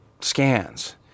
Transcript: scans